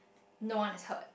no one is hurt